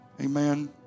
Amen